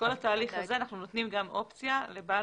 בכל התהליך הזה אנחנו נותנים גם אופציה לבעל